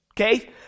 Okay